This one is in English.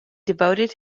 devoted